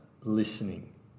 listening